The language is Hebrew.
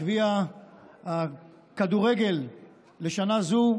גביע הכדורגל לשנה זו,